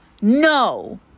no